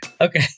okay